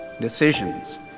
decisions